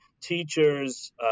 teachers